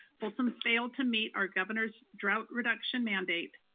folsom failed to meet our governor's drought reduction mandate,